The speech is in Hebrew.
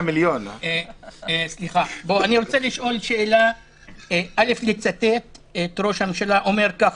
--- אני רוצה לצטט את ראש הממשלה אומר ככה: